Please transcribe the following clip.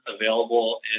available